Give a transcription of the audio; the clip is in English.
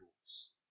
rules